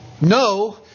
No